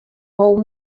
wol